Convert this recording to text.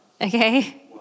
okay